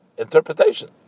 Interpretation